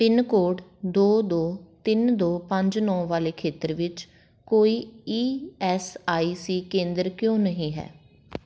pin code ਦੋ ਦੋ ਤਿੰਨ ਦੋ ਪੰਜ ਨੌ ਵਾਲੇ ਖੇਤਰ ਵਿੱਚ ਕੋਈ ਈ ਐਸ ਆਈ ਸੀ ਕੇਂਦਰ ਕਿਉਂ ਨਹੀਂ ਹੈ